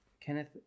Kenneth